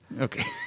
Okay